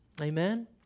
Amen